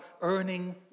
earning